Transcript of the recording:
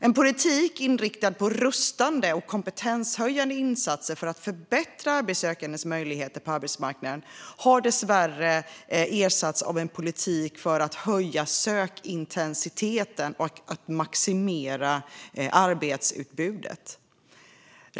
En politik inriktad på rustande och kompetenshöjande insatser för att förbättra arbetssökandes möjligheter på arbetsmarknaden har dessvärre ersatts av en politik för att höja sökintensiteten och maximera arbetsutbudet.